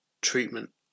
treatment